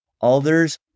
others